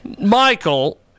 Michael